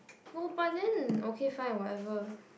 no but then okay fine whatever